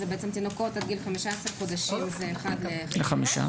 לתינוקות עד גיל 15 חודשים, זה אחד לחמישה,